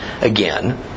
again